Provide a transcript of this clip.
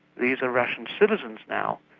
these are russian citizens now,